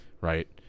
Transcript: Right